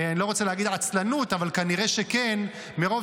אני לא רוצה להגיד עצלנות, אבל כנראה שכן, מרוב